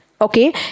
Okay